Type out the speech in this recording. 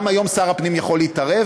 גם היום שר הפנים יכול להתערב.